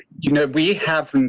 you know, we have,